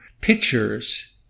pictures